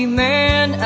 man